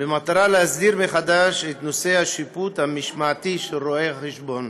במטרה להסדיר מחדש את נושא השיפוט המשמעתי של רואי-חשבון.